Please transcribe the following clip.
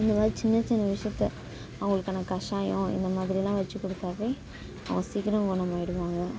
இந்தமாதிரி சின்ன சின்ன விஷயத்த அவங்களுக்கான கஷாயம் இந்த மாதிரிலாம் வச்சு கொடுத்தாவே அவங்க சீக்கிரம் குணமாகிடுவாங்க